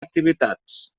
activitats